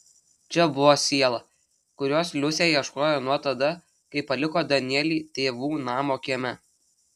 čia buvo siela kurios liusė ieškojo nuo tada kai paliko danielį tėvų namo kieme